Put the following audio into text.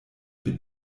mit